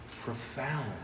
profound